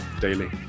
daily